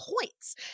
points